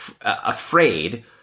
afraid